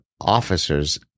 officers